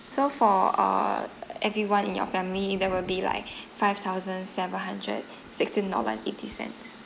so for uh everyone in your family there will be like five thousand seven hundred sixteen dollar and eighty cents